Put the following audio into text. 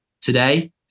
today